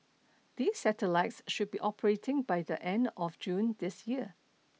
these satellites should be operating by the end of June this year